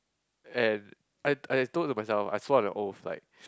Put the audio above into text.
and I I've told to myself I swear to oath like